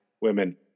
women